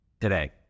today